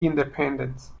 independence